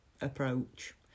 approach